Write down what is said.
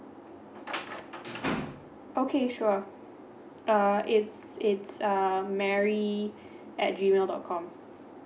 okay sure uh it's it's um mary at G mail dot com